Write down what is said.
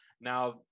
Now